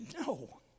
No